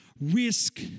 risk